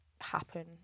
happen